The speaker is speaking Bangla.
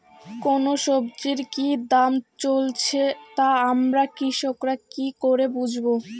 কোন সব্জির কি দাম চলছে তা আমরা কৃষক রা কি করে বুঝবো?